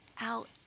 out